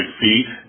feet